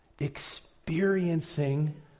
experiencing